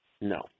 No